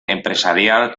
empresarial